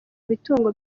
imitungo